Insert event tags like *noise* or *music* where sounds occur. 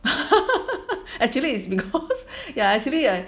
*laughs* actually is because ya actually I